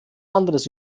anderes